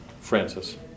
Francis